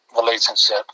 relationship